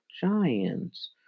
Giants